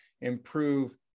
improve